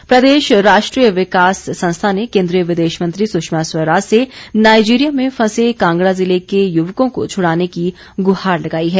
संस्था प्रदेश राष्ट्रीय विकास संस्था ने केंद्रीय विदेश मंत्री सुषमा स्वराज से नाइजीरिया में फंसे कांगड़ा जिले के युवकों को छुड़ाने की गुहार लगाई है